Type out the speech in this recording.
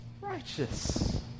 Righteous